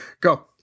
go